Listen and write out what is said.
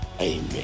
Amen